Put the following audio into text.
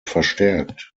verstärkt